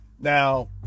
Now